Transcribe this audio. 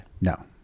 No